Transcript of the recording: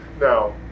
Now